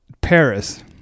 Paris